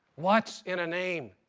what's in a name?